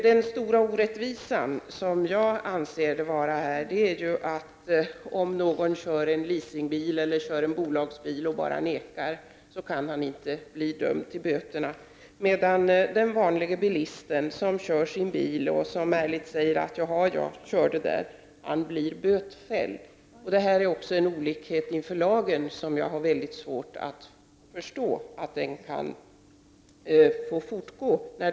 Den stora orättvisan anser jag vara att om någon kör en leasingbil eller en bolagsbil och bara nekar kan han inte bli dömd till böter, medan den vanliga bilisten som kör sin bil och som ärligt säger att han körde på den vägen blir bötfälld. Det är en olikhet inför lagen, och jag har mycket svårt att förstå att den skall få fortleva.